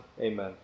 Amen